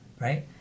Right